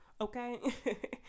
Okay